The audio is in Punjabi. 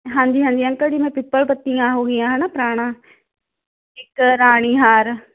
ਹਾਂਜੀ ਹਾਂਜੀ ਅੰਕਲ ਜੀ ਮੈਂ ਪਿੱਪਲ ਪੱਤੀਆਂ ਹੋ ਗਈਆਂ ਹੈ ਨਾ ਪੁਰਾਣਾ ਇੱਕ ਰਾਣੀ ਹਾਰ